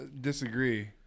disagree